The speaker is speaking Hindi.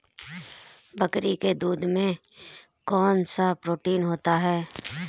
बकरी के दूध में कौनसा प्रोटीन होता है?